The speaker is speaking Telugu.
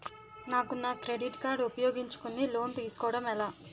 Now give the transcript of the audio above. నాకు నా క్రెడిట్ కార్డ్ ఉపయోగించుకుని లోన్ తిస్కోడం ఎలా?